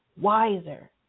wiser